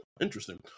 Interesting